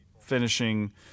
finishing